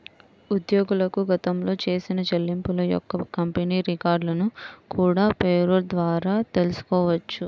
ఉద్యోగులకు గతంలో చేసిన చెల్లింపుల యొక్క కంపెనీ రికార్డులను కూడా పేరోల్ ద్వారా తెల్సుకోవచ్చు